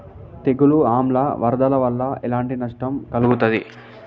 తెగులు ఆమ్ల వరదల వల్ల ఎలాంటి నష్టం కలుగుతది?